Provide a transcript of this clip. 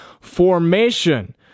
formation